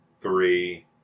three